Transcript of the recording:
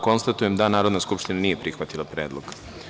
Konstatujem da Narodna skupština nije prihvatila predlog.